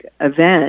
event